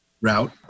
route